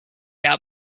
out